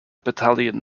battalion